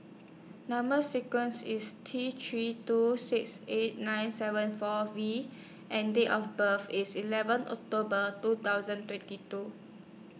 Number sequence IS T three two six eight nine seven four V and Date of birth IS eleven October two thousand twenty two